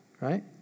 Right